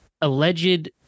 alleged